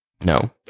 no